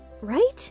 right